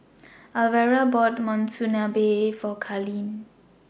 Alvera bought Monsunabe For Carlene